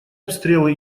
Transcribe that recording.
обстрелы